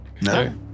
No